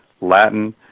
Latin